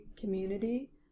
community